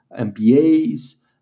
MBAs